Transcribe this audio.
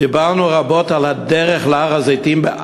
דיברנו רבות על הדרך להר-הזיתים, א-טור.